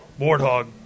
Warthog